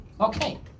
Okay